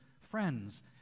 friends